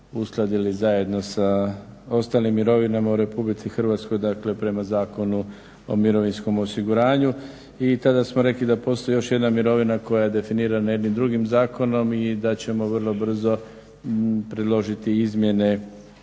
uskladili zajedno sa ostalim mirovinama u Republici Hrvatskoj dakle prema Zakonu o mirovinskom osiguranju i tada smo rekli da postoji još jedna mirovina koja je definirana jednim drugim zakonom i da ćemo vrlo brzo predložiti izmjene